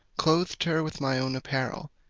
clothed her with my own apparel,